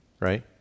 right